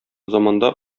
заманда